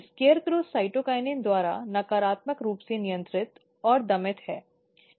SCARECROW cytokinin द्वारा नकारात्मक रूप से नियंत्रित या दमित है